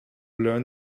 learn